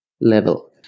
level